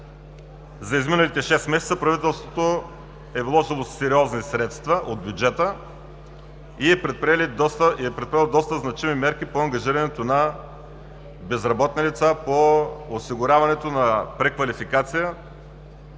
за изминалите шест месеца правителството е вложило сериозни средства от бюджета и е предприело доста значими мерки по ангажирането на безработни лица, по осигуряването на преквалификация.